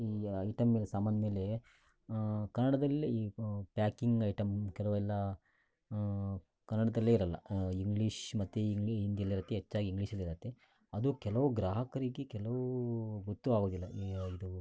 ಈಗ ಐಟಮ್ ಮೇಲೆ ಸಾಮಾನು ಮೇಲೆ ಕನ್ನಡದಲ್ಲಿ ಪ್ಯಾಕಿಂಗ್ ಐಟಮ್ ಕೆಲವೆಲ್ಲ ಕನ್ನಡದಲ್ಲಿ ಇರಲ್ಲ ಇಂಗ್ಲೀಷ್ ಮತ್ತೆ ಹಿಂದಿ ಹಿಂದಿಯಲ್ಲಿರತ್ತೆ ಹೆಚ್ಚಾಗಿ ಇಂಗ್ಲೀಷಲ್ಲಿ ಇರುತ್ತೆ ಅದು ಕೆಲವು ಗ್ರಾಹಕರಿಗೆ ಕೆಲವು ಗೊತ್ತು ಆಗೋದಿಲ್ಲ ಈ ಇದು